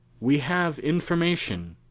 we have information.